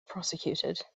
prosecuted